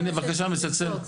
הנה, בבקשה, מצלצל.